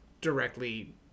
directly